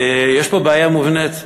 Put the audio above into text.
יש פה בעיה מובנית בשיטה,